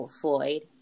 Floyd